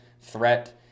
threat